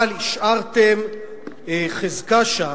אבל השארתם חזקה שם,